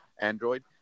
Android